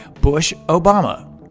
Bush-Obama